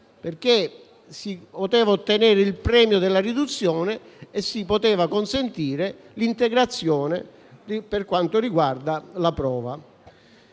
perché si poteva ottenere il premio della riduzione e consentire l'integrazione per quanto riguarda la prova.